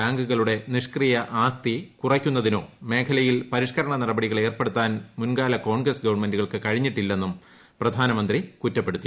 ബാങ്കുകളുടെ നിഷ്ക്രിയ ആസ്തി കുറയ്ക്കുന്നതിനോ മേഖലയിൽ പരിഷ്ക്കരണ നടപടികൾ ഏർപ്പെടുത്താൻ മുൻകാല കോൺഗ്രസ് ഗവൺമെന്റുകൾക്ക് കഴിഞ്ഞിട്ടില്ലെന്നും പ്രധാനമന്ത്രി കുറ്റപ്പെടുത്തി